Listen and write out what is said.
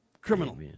Criminal